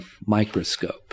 microscope